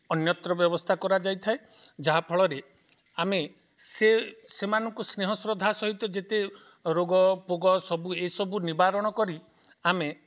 ଅନ୍ୟତ୍ର ବ୍ୟବସ୍ଥା କରାଯାଇଥାଏ ଯାହା ଫଳରେ ଆମେ ସେ ସେମାନଙ୍କୁ ସ୍ନେହ ଶ୍ରଦ୍ଧା ସହିତ ଯେତେ ରୋଗ ଫୋଗ ସବୁ ଏସବୁ ନିବାରଣ କରି ଆମେ